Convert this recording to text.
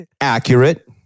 accurate